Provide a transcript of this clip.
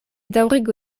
daŭrigu